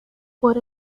por